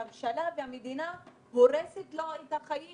אבל הממשלה ממש הורסת לו את החיים.